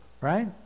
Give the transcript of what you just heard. right